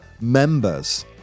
members